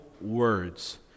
words